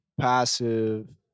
passive